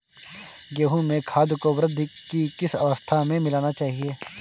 गेहूँ में खाद को वृद्धि की किस अवस्था में मिलाना चाहिए?